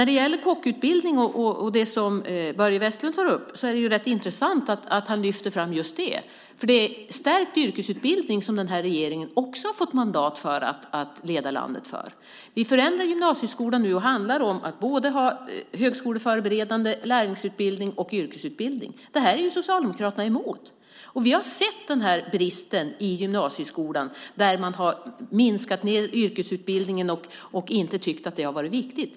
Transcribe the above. Det är intressant att Börje Vestlund tar upp och lyfter fram just kockutbildningen. Det blir en stärkt yrkesutbildning, något som ingår i det mandat den här regeringen har fått för att leda landet. Vid en förändring av gymnasieskolan handlar det nu om att ha både högskoleförberedande lärlingsutbildning och yrkesutbildning. Det här är Socialdemokraterna mot. Vi har sett brister i gymnasieskolan där man har minskat yrkesutbildningen och inte tyckt att den har varit viktig.